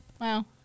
Wow